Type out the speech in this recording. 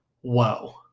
Whoa